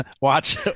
watch